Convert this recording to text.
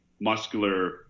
muscular